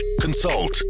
consult